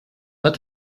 but